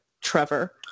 Trevor –